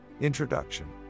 Introduction